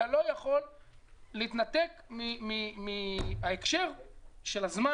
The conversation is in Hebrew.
אתה לא יכול להתנתק מההקשר של הזמן